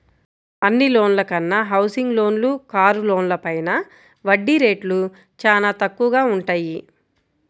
అన్ని లోన్ల కన్నా హౌసింగ్ లోన్లు, కారు లోన్లపైన వడ్డీ రేట్లు చానా తక్కువగా వుంటయ్యి